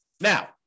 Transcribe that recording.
Now